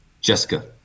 Jessica